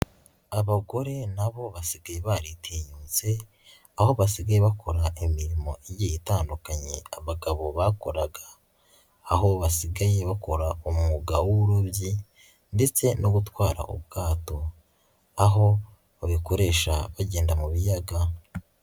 Abagore nabo basigaye baritinyutse aho basigaye bakora imirimo igiye itandukanye abagabo bakoraga, aho basigaye bakora umwuga w'uburobyi ndetse no gutwara ubwato, aho babikoresha bagenda mu biyaga.